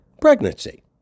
pregnancy